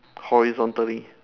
horizontally